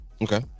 Okay